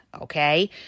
okay